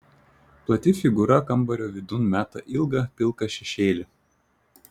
plati figūra kambario vidun meta ilgą pilką šešėlį